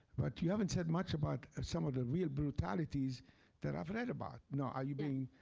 but you haven't said much about some of the real brutalities that i've read about. now, are you being